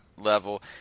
level